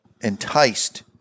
enticed